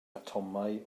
atomau